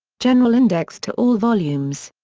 general index to all volumes.